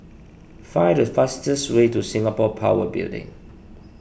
find the fastest way to Singapore Power Building